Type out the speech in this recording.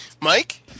Mike